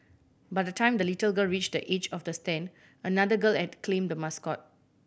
by the time the little girl reached the edge of the stand another girl had claim the mascot